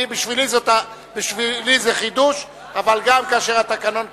בשבילי זה חידוש אבל גם כאשר התקנון קובע,